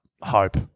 hope